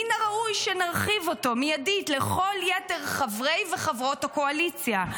מן הראוי שנרחיב אותו מיידית לכל יתר חברי וחברות הקואליציה.